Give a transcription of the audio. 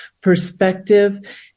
perspective